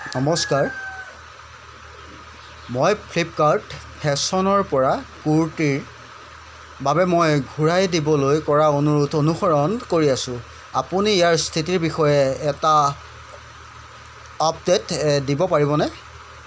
নমস্কাৰ মই ফ্লিপকাৰ্ট ফেশ্বনৰপৰা কুৰ্তিৰ বাবে মই ঘূৰাই দিবলৈ কৰা অনুৰোধ অনুসৰণ কৰি আছোঁ আপুনি ইয়াৰ স্থিতিৰ বিষয়ে এটা আপডে'ট দিব পাৰিবনে